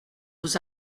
vous